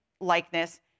likeness